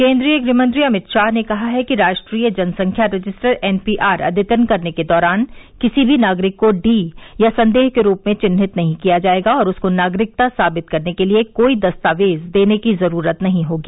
केन्द्रीय गृह मंत्री अमित शाह ने कहा है कि राष्ट्रीय जनसंख्या रजिस्टर एनपीआर अदयतन करने के दौरान किसी भी नागरिक को डी या संदेह के रूप में चिन्हित नहीं किया जाएगा और उसको नागरिकता साबित करने के लिए कोई दस्तावेज देने की जरूरत नहीं होगी